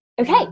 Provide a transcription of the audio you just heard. Okay